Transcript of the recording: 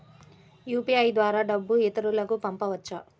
UPI ద్వారా డబ్బు ఇతరులకు పంపవచ్చ?